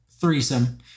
threesome